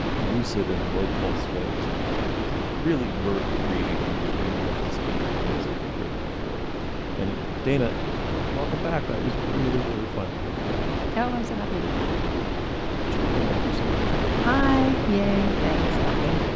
lucid and low pulse way. it's it's really worth reading and we'll bring you up to speed in ways you'll be grateful for anyway. dana welcome back. that was really really fun to have you back oh i'm so happy to be back julia. thank you so much. hi. yay thanks by